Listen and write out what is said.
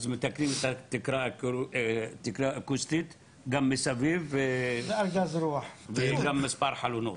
אז מתקנים את התקרה האקוסטית גם מסביב וגם מספר חלונות.